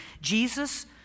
Jesus